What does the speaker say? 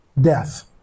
death